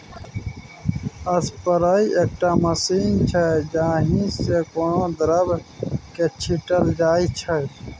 sprayer एकटा machine छै जाहि सँ कोनो द्रब केँ छीटल जाइ छै